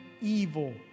evil